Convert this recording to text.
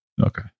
Okay